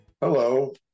Hello